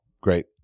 Great